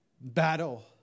Battle